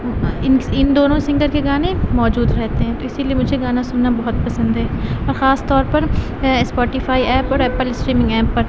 ان ان دونوں سنگر کے گانے موجود رہتے ہیں اسی لیے مجھے گانا سننا بہت پسند ہے خاص طور اسپوٹیفائی ایپ پر ایپل اسٹریمنگ ایپ پر